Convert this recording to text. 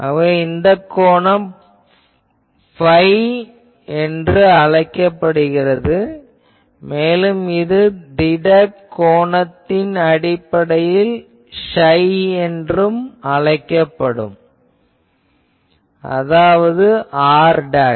ஆகவே இந்த கோணம் ϕ என்று அழைக்கப்படுகிறது மேலும் இது திடக் கோணத்தின் அடிப்படையில் ψ என்று அழைக்கப்படும் அதாவது r